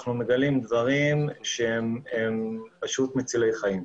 אנחנו מגלים דברים שהם פשוט מצילי חיים,